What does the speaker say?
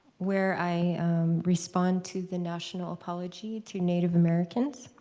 where i respond to the national apology to native americans.